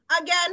Again